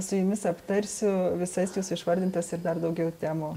su jumis aptarsiu visas jūsų išvardintas ir dar daugiau temų